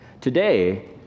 Today